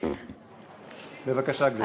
בבקשה, גברתי.